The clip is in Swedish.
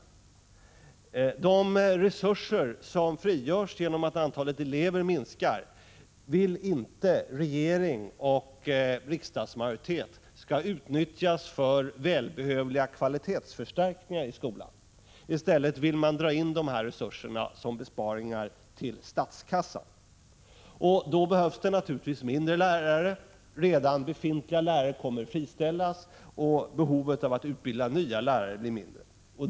Regering och riksdagsmajoritet vill inte att de resurser som frigörs genom att antalet elever minskar skall utnyttjas för välbehövliga kvalitetsförstärkningar i skolan. I stället vill man dra in dessa resurser till statskassan som besparingar. Med minskade elevkullar behövs det naturligtvis färre lärare. Redan befintliga lärare kommer att friställas, och behovet att utbilda nya lärare blir mindre.